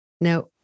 Now